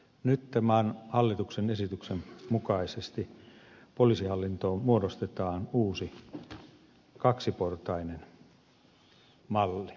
nyt tämän hallituksen esityksen mukaisesti poliisihallintoon muodostetaan uusi kaksiportainen malli